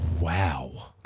Wow